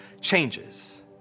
changes